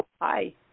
hi